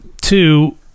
Two